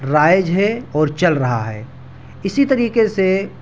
رائج ہے اور چل رہا ہے اسی طریقے سے